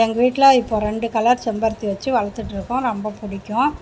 எங்கள் வீட்டில் இப்போ ரெண்டு கலர் செம்பருத்தி வச்சு வளர்த்துட்ருக்கோம் ரொம்ப பிடிக்கும்